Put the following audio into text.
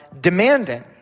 demanding